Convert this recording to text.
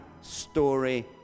Story